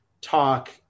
talk